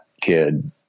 kid